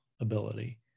ability